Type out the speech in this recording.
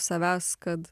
savęs kad